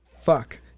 Fuck